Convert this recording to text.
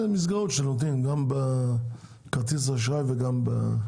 מסגרות שנותנים גם בכרטיס אשראי וגם ב...